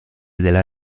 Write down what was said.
della